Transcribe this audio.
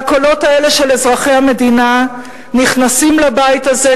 והקולות האלה של אזרחי המדינה נכנסים לבית הזה,